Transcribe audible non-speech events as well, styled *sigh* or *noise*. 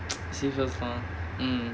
*noise* see first lah mm